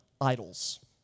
idols